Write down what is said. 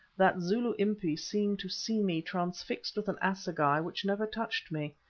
that zulu impi seemed to see me transfixed with an assegai which never touched me.